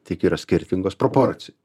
tik yra skirtingos proporcijos